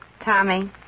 Tommy